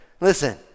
Listen